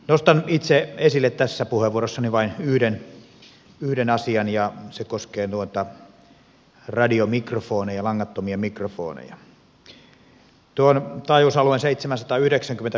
nostan itse esille tässä puheenvuorossani vain yhden asian ja se koskee noita radiomikrofoneja langattomia mikrofoneja